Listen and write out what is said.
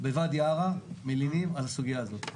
בוואדי עארה מלינים על הסוגיה הזאת.